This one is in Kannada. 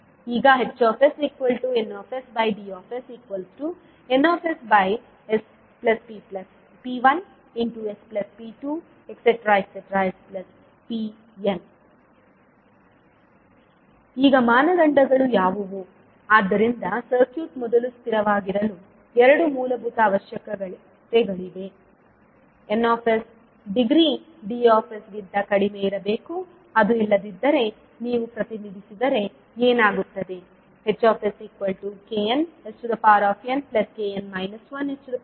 ಈಗ HsN D N sp1sp2 spn ನೋಡಿ ಸ್ಲೈಡ್ ಸಮಯ 2140 ಈಗ ಮಾನದಂಡಗಳು ಯಾವುವು ಆದ್ದರಿಂದ ಸರ್ಕ್ಯೂಟ್ ಮೊದಲು ಸ್ಥಿರವಾಗಿರಲು ಎರಡು ಮೂಲಭೂತ ಅವಶ್ಯಕತೆಗಳಿವೆ N ಡಿಗ್ರಿ D ಗಿಂತ ಕಡಿಮೆಯಿರಬೇಕು ಅದು ಇಲ್ಲದಿದ್ದರೆ ನೀವು ಪ್ರತಿನಿಧಿಸಿದರೆ ಏನಾಗುತ್ತದೆ Hsknsnkn 1sn 1